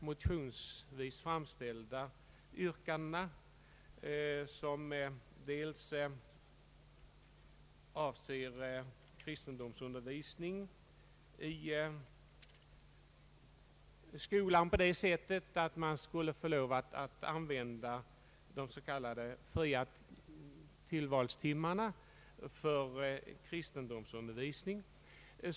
Motionsvis har yrkanden framställts om att man skulle få lov att använda de s.k. fria tillvalstimmarna för kristendomsundervisning.